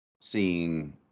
seeing